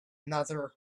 another